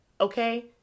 okay